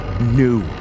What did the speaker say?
new